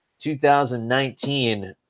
2019